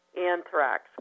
anthrax